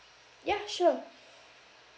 ya sure